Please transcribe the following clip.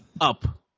Up